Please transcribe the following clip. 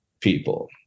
people